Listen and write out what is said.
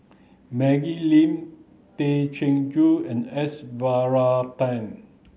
Maggie Lim Tay Chin Joo and S Varathan